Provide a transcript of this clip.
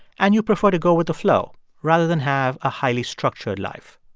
and you prefer to go with the flow rather than have a highly structured life.